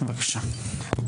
בבקשה.